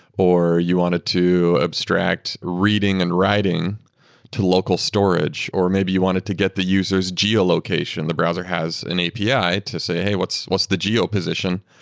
or you wanted to abstract reading and writing to local storage, or maybe you wanted to get the user's geolocation, the browser has an api to say, hey, what's what's the geo position,